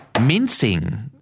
mincing